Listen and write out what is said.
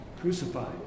crucified